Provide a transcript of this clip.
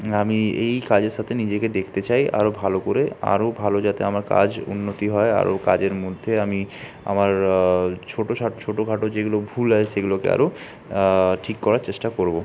আমি এই কাজের সাথে নিজেকে দেখতে চাই আরো ভালো করে আরো ভালো যাতে আমার কাজ উন্নতি হয় আরো কাজের মধ্যে আমি আমার ছোটখাটো যেগুলি ভুল হয় সেগুলোকে আরো ঠিক করার চেষ্টা করবো